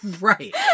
Right